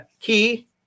Key